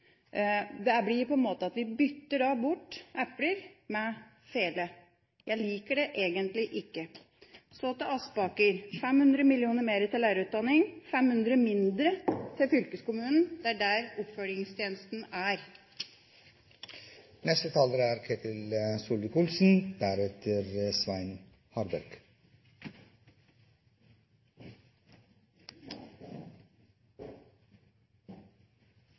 etterpå. Det blir på en måte slik at vi bytter bort eple med fele. Jeg liker det egentlig ikke. Så til representanten Aspaker: 500 mill. kr mer til lærerutdanning, 500 mindre til fylkeskommunen – det er der oppfølgingstjenesten er.